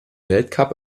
weltcup